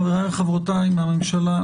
חבריי וחברותיי מהממשלה,